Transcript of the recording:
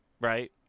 right